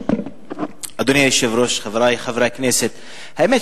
אדוני היושב-ראש, חברי חברי הכנסת, האמת